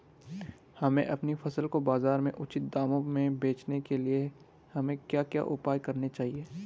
हमें अपनी फसल को बाज़ार में उचित दामों में बेचने के लिए हमें क्या क्या उपाय करने चाहिए?